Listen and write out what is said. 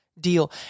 deal